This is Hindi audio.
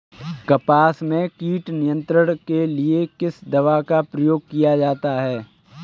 कपास में कीट नियंत्रण के लिए किस दवा का प्रयोग किया जाता है?